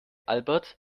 albert